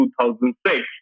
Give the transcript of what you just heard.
2006